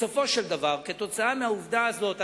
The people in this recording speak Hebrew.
בסופו של דבר, כתוצאה מכך אנחנו,